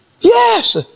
Yes